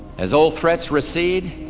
as old threats recede,